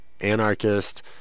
anarchist